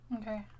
Okay